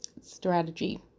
strategy